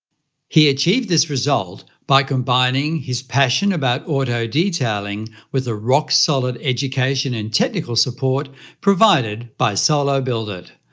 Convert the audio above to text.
he achieved this result by combining his passion about auto detailing with the rock solid education and technical support provided by solo build it!